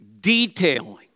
detailing